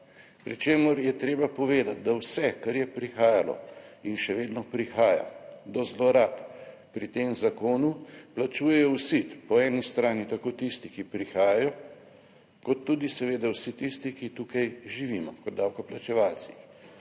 Pri čemer je treba povedati, da vse, kar je prihajalo in še vedno prihaja do zlorab pri tem zakonu, plačujejo vsi, po eni strani tako tisti, ki prihajajo, kot tudi seveda vsi tisti, ki tukaj živimo kot davkoplačevalci.